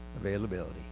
Availability